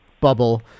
bubble